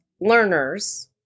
learners